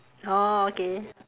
orh okay